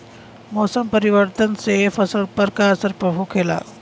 मौसम परिवर्तन से फसल पर का असर होखेला?